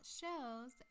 shows